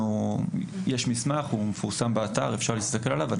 יש מסמך, הוא מפורסם באתר, אפשר להסתכל עליו.